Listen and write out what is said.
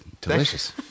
Delicious